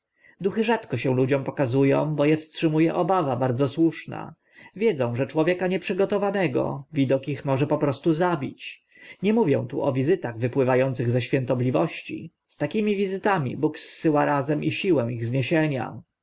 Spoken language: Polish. duchy rzadko ludziom duch strach się pokazu ą bo e wstrzymu e obawa bardzo słuszna wiedzą że człowieka nie przygotowanego widok ich może po prostu zabić nie mówię tu o wiz ach wypływa ących ze świątobliwości z takimi wiz ami bóg zsyła razem i siłę ich zniesienia